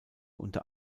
unter